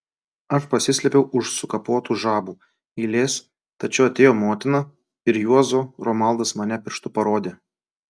aš pasislėpiau už sukapotų žabų eilės tačiau atėjo motina ir juozo romaldas mane pirštu parodė